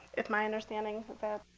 is my understanding of that.